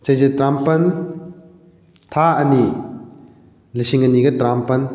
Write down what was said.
ꯆꯩꯆꯠ ꯇꯔꯥꯃꯥꯄꯜ ꯊꯥ ꯑꯅꯤ ꯂꯤꯁꯤꯡ ꯑꯅꯤꯒ ꯇꯔꯥꯃꯥꯄꯜ